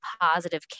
positive